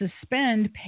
suspend